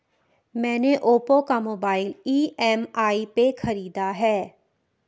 मैने ओप्पो का mobile EMI पे खरीदा है